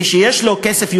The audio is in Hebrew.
מי שיש לו יותר כסף,